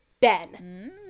Ben